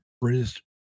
british